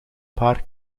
paar